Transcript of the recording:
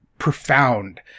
Profound